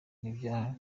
n’ibyaha